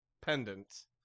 pendant